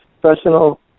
professional